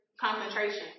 concentration